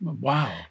Wow